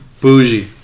Bougie